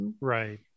Right